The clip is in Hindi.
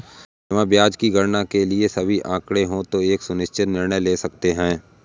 जमा ब्याज की गणना के लिए सभी आंकड़े हों तो एक सूचित निर्णय ले सकते हैं